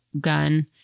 gun